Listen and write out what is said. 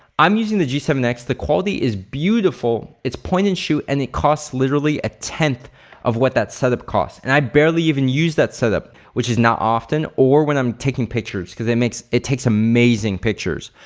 i'm using the g seven x. the quality is beautiful. it's point and shoot and it costs literally a tenth of what that setup costs and i barely even use that setup which is not often or when i'm taking pictures because it makes, it takes amazing amazing pictures.